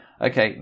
okay